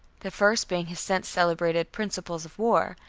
the first being his since-celebrated principles of war,